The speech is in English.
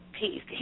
peace